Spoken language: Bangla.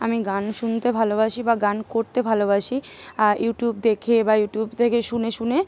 আমি গান শুনতে ভালোবাসি বা গান করতে ভালোবাসি ইউটিউব দেখে বা ইউটিউব থেকে শুনে শুনে